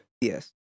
Yes